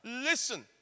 Listen